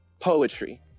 poetry